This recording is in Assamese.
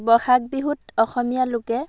বহাগ বিহুত অসমীয়া লোকে